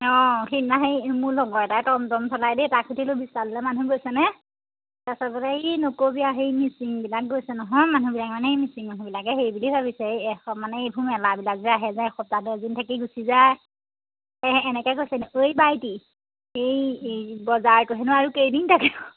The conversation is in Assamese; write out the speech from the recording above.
অঁ সেইদিনা সেই মোৰ লগৰ এটাই টম টম চলাই দেই তাক সুধিলোঁ বিশাললৈ মানুহ গৈছেনে তাৰ পিছত বোলে হে নকবি আৰু সেই মিচিংবিলাক গৈছে নহয় মানুহবিলাকে মানে সেই মিচিং মানুহবিলাকে হেৰি বুলি ভাবিছে সেই এশ মানে সেই মেলাবিলাক যে আহে যে এসপ্তাহ দহ দিন থাকি গুচি যায় সেই সেনেকৈ কৈছিলে ঐ বাইটি এই এই বজাৰবোৰ হেনো আৰু কেইদিন থাকিব